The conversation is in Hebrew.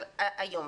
אבל היום,